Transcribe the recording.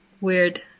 weird